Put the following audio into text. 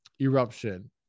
eruption